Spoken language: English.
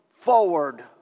forward